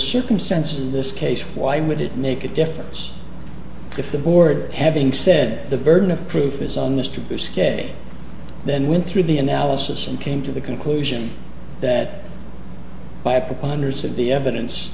circumstances in this case why would it make a difference if the board having said the burden of proof is on mr skag then went through the analysis and came to the conclusion that by a preponderance of the evidence